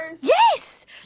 Yes